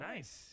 Nice